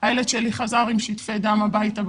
ל.י.: הילד שלי חזר הביתה עם שטפי דם בגוף.